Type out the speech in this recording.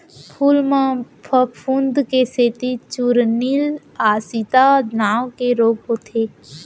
फूल म फफूंद के सेती चूर्निल आसिता नांव के रोग होथे